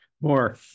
More